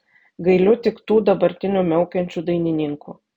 gailiu tik tų dabartinių miaukiančių dainininkų